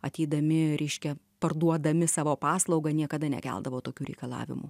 ateidami reiškia parduodami savo paslaugą niekada nekeldavo tokių reikalavimų